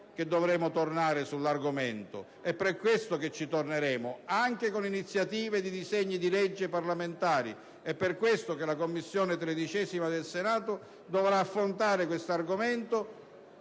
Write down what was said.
che dovremo tornare sull'argomento; per questo ci torneremo anche con iniziative legislative parlamentari; è per questo che la 13a Commissione del Senato dovrà affrontare questo argomento,